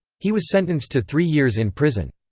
he was sentenced to three years in prison.